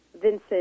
Vincent